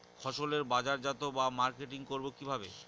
ফসলের বাজারজাত বা মার্কেটিং করব কিভাবে?